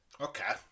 Okay